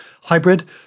hybrid